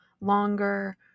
longer